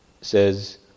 says